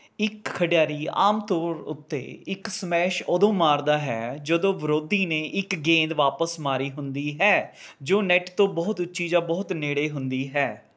ਇੱਕ ਖਿਡਾਰੀ ਆਮ ਤੌਰ ਉੱਤੇ ਇੱਕ ਸਮੈਸ਼ ਉਦੋਂ ਮਾਰਦਾ ਹੈ ਜਦੋਂ ਵਿਰੋਧੀ ਨੇ ਇੱਕ ਗੇਂਦ ਵਾਪਸ ਮਾਰੀ ਹੁੰਦੀ ਹੈ ਜੋ ਨੈੱਟ ਤੋਂ ਬਹੁਤ ਉੱਚੀ ਜਾਂ ਬਹੁਤ ਨੇੜੇ ਹੁੰਦੀ ਹੈ